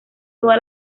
toda